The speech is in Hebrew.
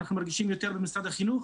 אנחנו מרגישים יותר במשרד החינוך.